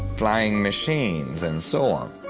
flying machines and so on.